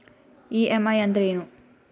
EMI ಅಂದ್ರೇನು?